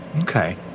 Okay